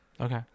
okay